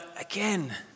again